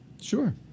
Sure